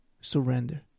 surrender